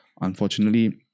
Unfortunately